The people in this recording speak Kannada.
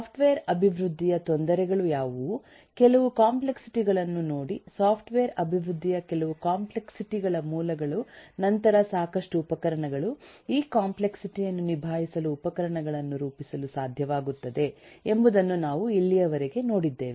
ಸಾಫ್ಟ್ವೇರ್ ಅಭಿವೃದ್ಧಿಯ ತೊಂದರೆಗಳು ಯಾವುವು ಕೆಲವು ಕಾಂಪ್ಲೆಕ್ಸಿಟಿ ಗಳನ್ನು ನೋಡಿ ಸಾಫ್ಟ್ವೇರ್ ಅಭಿವೃದ್ಧಿಯ ಕೆಲವು ಕಾಂಪ್ಲೆಕ್ಸಿಟಿ ಗಳ ಮೂಲಗಳು ನಂತರ ಸಾಕಷ್ಟು ಉಪಕರಣಗಳು ಈ ಕಾಂಪ್ಲೆಕ್ಸಿಟಿ ಯನ್ನು ನಿಭಾಯಿಸಲು ಉಪಕರಣಗಳನ್ನು ರೂಪಿಸಲು ಸಾಧ್ಯವಾಗುತ್ತದೆ ಎಂಬುದನ್ನು ನಾವು ಇಲ್ಲಿಯವರೆಗೆ ನೋಡಿದ್ದೇವೆ